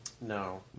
No